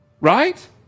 right